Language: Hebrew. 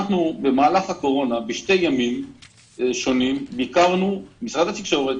במהלך הקורונה בשני ימים שונים ביקרנו משרד התקשורת,